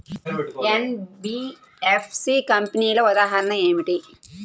NBFC కంపెనీల ఉదాహరణ ఏమిటి?